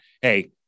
hey